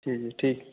जी जी ठीक